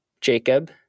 Jacob